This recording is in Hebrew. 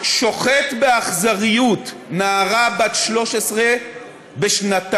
ושוחט באכזריות נערה בת 13 בשנתה,